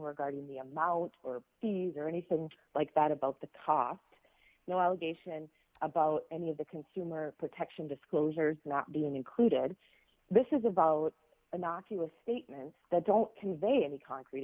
regarding the amount or fees or anything like that about the toft no allegation about any of the consumer protection disclosures not being included this is about an ocular statement that don't convey any concrete